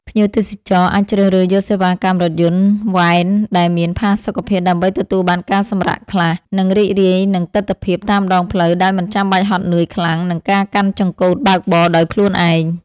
ភ្ញៀវទេសចរអាចជ្រើសរើសយកសេវាកម្មរថយន្តវ៉ែនដែលមានផាសុកភាពដើម្បីទទួលបានការសម្រាកខ្លះ និង រីករាយនឹងទិដ្ឋភាពតាមដងផ្លូវដោយមិនចាំបាច់ហត់នឿយខ្លាំងនឹងការកាន់ចង្កូតបើកបរដោយខ្លួនឯង។